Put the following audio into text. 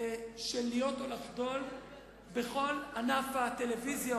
של להיות או לחדול בכל ענף הטלוויזיה,